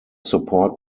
support